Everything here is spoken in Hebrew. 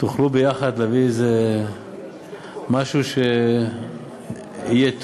תוכלו ביחד להביא איזה משהו שיהיה טוב.